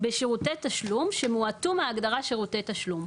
"בשירותי תשלום שמועטו מהגדרת שירותי תשלום".